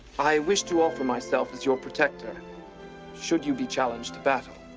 i wish to offer myself as your protector should you be challenged to battle.